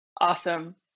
Awesome